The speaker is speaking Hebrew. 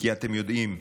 כי אתם יודעים,